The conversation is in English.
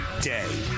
day